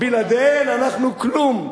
בלעדיהן אנחנו כלום.